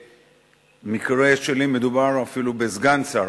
במקרה שלי מדובר אפילו בסגן שר.